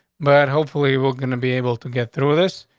but hopefully we're gonna be able to get through this.